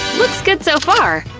looks good so far!